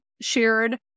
shared